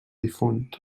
difunt